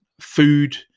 food